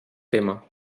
tema